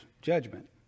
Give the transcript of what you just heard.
judgment